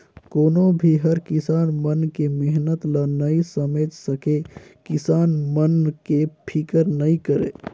कोनो भी हर किसान मन के मेहनत ल नइ समेझ सके, किसान मन के फिकर नइ करे